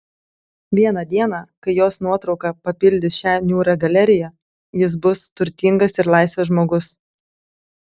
vieną dieną kai jos nuotrauka papildys šią niūrią galeriją jis bus turtingas ir laisvas žmogus